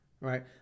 right